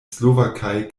slowakei